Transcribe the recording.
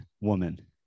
woman